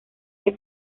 que